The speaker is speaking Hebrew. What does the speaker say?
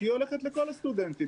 כי היא הולכת לכל הסטודנטים.